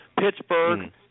Pittsburgh